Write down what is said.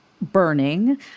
burning